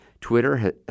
Twitter